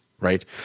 Right